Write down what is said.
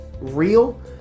real